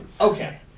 Okay